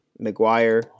McGuire